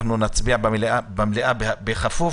הצבענו בכפוף